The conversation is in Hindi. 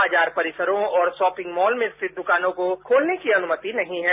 बाजार परिसरों और शॉपिंग मॉल में स्थित दुकानों को खोलने की अनुमतिनहीं है